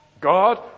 God